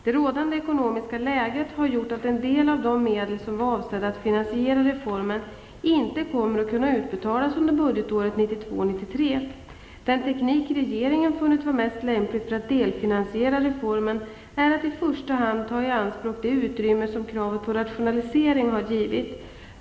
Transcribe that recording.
Det rådande ekonomiska läget har gjort att en del av de medel som var avsedda att finansiera reformen inte kommer att kunna utbetalas under budgetåret 1992/93. Den teknik regeringen funnit vara mest lämplig för att delfinansiera reformen är att i första hand ta i anspråk det utrymme som kravet på rationalisering har givit.